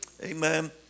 Amen